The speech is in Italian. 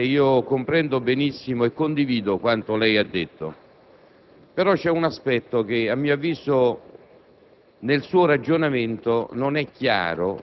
Signor Presidente, comprendo benissimo e condivido quanto lei ha detto. Però vi è un aspetto, a mio avviso,